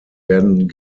werden